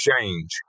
change